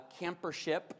campership